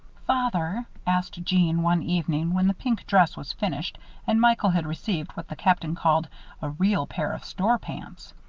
father, asked jeanne, one evening, when the pink dress was finished and michael had received what the captain called a real pair of store pants,